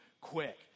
quick